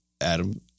Adam